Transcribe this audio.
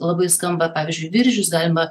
labai skamba pavyzdžiui viržius galima